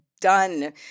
done